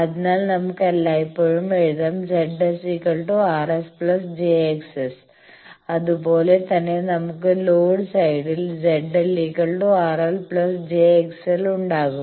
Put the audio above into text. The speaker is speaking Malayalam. അതിനാൽ നമുക്ക് എല്ലായ്പ്പോഴും എഴുതാം Z SRS j XS അതുപോലെ തന്നെ നമുക്ക് ലോഡ് സൈഡിൽ ZLRL j XL ഉണ്ടാക്കും